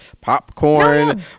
popcorn